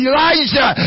Elijah